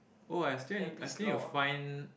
oh I still need I still need to find